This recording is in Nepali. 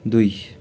दुई